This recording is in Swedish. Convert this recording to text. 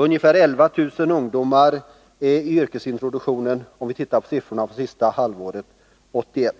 Ungefär 11 000 ungdomar är i yrkesintroduktion, om vi ser på siffrorna för det sista halvåret 1981.